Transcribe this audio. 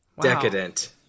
Decadent